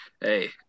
hey